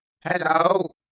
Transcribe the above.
hello